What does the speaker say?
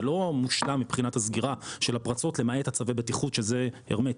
זה לא מושלם מבחינת הסגירה של הפרצות למעט צווי הבטיחות שזה הרמטי.